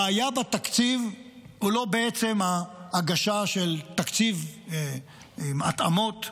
הבעיה בתקציב היא לא בעצם ההגשה של תקציב עם התאמות.